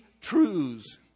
truths